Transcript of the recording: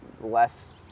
less